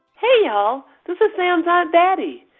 hey, y'all. this is sam's aunt betty.